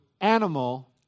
animal